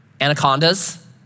anacondas